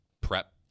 prep